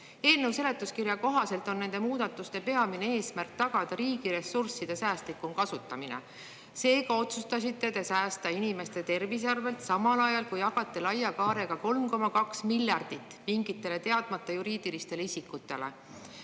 Eelnõu seletuskirja kohaselt on nende muudatuste peamine eesmärk tagada riigi ressursside säästlikum kasutamine. Seega otsustasite te säästa inimeste tervise arvelt, samal ajal kui jagate laia kaarega 3,2 miljardit mingitele teadmata juriidilistele isikutele.